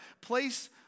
place